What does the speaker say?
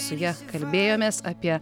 su ja kalbėjomės apie